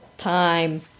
Time